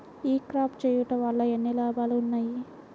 ఈ క్రాప చేయుట వల్ల ఎన్ని లాభాలు ఉన్నాయి?